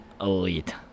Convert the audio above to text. Elite